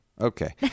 Okay